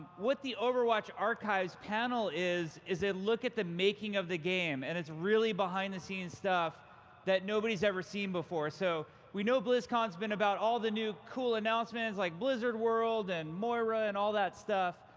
what the overwatch archives panel is is a look at the making of the game, and it's really behind-the-scenes stuff that nobody's ever seen before. so we know blizzcon's been about the new cool announcements like blizzard world and moira, and all that stuff,